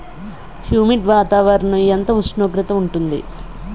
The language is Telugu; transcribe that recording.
హ్యుమిడ్ వాతావరణం ఎంత ఉష్ణోగ్రత ఉంటుంది?